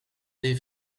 des